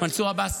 מנסור עבאס.